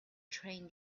train